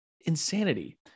insanity